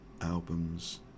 albums